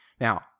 now